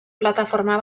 plataforma